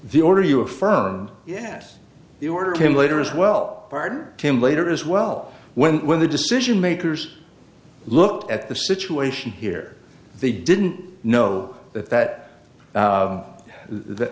the order you affirm yes the order came later as well part came later as well when when the decision makers looked at the situation here they didn't know that that